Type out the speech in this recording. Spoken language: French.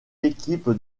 équipe